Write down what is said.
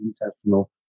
intestinal